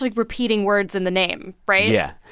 like repeating words in the name, right? yeah.